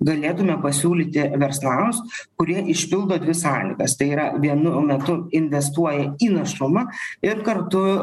galėtume pasiūlyti verslams kurie išpildo dvi sąlygas tai yra vienu metu investuoja į našumą ir kartu